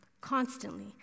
constantly